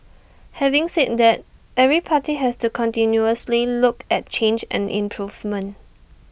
having said that every party has to continuously look at change and improvement